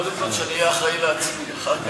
קודם כול שאני אהיה אחראי לעצמי, אחר כך,